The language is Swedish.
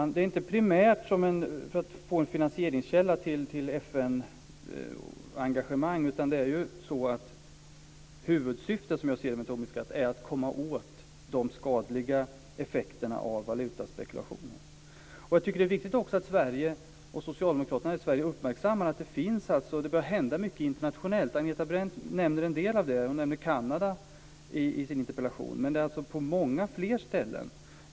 Fru talman! Det primära är inte att få en finansieringskälla till FN-engagemang, utan huvudsyftet med Tobinskatten är, som jag ser det, att komma åt de skadliga effekterna av valutaspekulationer. Jag tycker att det är viktigt att Sverige och Socialdemokraterna i Sverige uppmärksammar att det börjar hända mycket internationellt. Agneta Brendt nämner en del av det. Hon nämner Kanada i sin interpellation men det gäller många fler ställen.